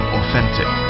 authentic